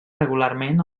regularment